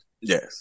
Yes